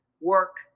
work